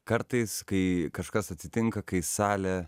kartais kai kažkas atsitinka kai salę